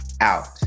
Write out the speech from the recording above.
out